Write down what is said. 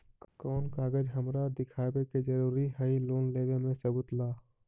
कौन कागज हमरा दिखावे के जरूरी हई लोन लेवे में सबूत ला?